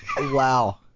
Wow